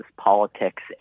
politics